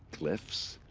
glyphs?